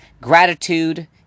gratitude